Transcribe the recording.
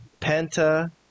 Penta